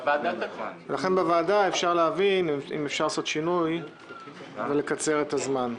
בוועדה אפשר להבין אם אפשר לעשות שינוי ולקצר את הזמן.